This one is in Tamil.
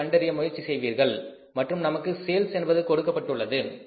என்று கண்டறிய முயற்சி செய்வீர்கள் மற்றும் நமக்கு சேல்ஸ் என்பது கொடுக்கப்பட்டுள்ளது